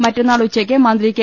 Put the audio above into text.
മറ്റന്നാൾ ഉച്ചക്ക് മന്ത്രി കെ